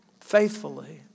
faithfully